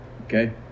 Okay